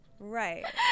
Right